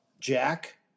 Jack